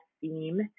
theme